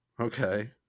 Okay